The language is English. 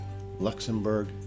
Luxembourg